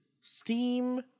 Steam